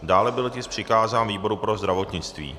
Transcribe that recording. Dále byl tisk přikázán výboru pro zdravotnictví.